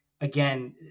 again